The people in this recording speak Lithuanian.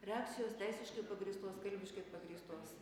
reakcijos teisiškai pagrįstos kalbiškai pagrįstos